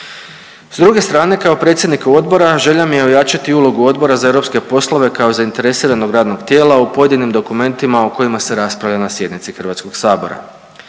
S druge strane kao predsjedniku odbora želja mi je ojačati ulogu Odbora za europske poslove kao zainteresiranog radnog tijela u pojedinim dokumentima o kojima se raspravlja na sjednici Hrvatskog sabora.